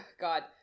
God